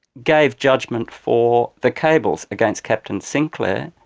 gave judgement for the kables against captain sinclair.